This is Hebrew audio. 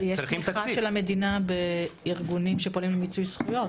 יש תמיכה של המדינה בארגונים שפועלים למיצוי זכויות.